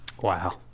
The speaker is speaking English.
Wow